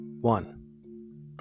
One